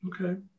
Okay